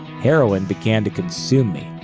heroin began to consume me,